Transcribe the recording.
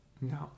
No